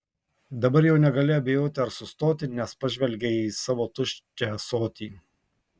dabar jau negali abejoti ar sustoti nes pažvelgei į savo tuščią ąsotį